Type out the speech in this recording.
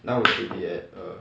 now we should be at err